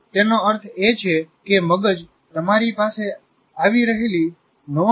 તેનો અર્થ એ છે કે મગજ તમારી પાસે આવી રહેલી 99